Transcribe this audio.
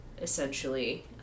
essentially